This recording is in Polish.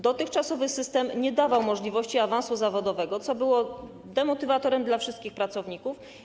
Dotychczasowy system nie dawał możliwości awansu zawodowego, co było demotywujące dla wszystkich pracowników.